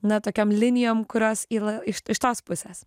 na tokiom linijom kurios y la iš iš tos pusės